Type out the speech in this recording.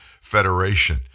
Federation